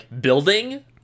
building